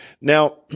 Now